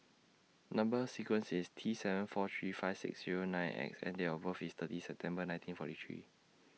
Number sequence IS T seven four three five six Zero nine X and Date of birth IS thirty September nineteen forty three